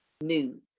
News